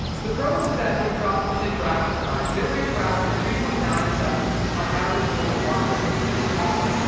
the pro was that it dropped first interactive times. they were interactive in three point nine seconds on average mobile hardware, which is awesome.